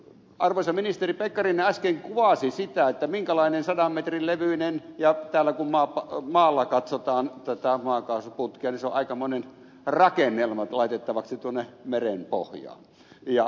arvoisa ministeri pekkarinen äsken kuvasi sitä minkälainen sadan metrin levyinen alue on ja täällä kun maalla katsotaan tätä maakaasuputkea niin se on aikamoinen rakennelma laitettavaksi tuonne meren pohjaan